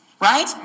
right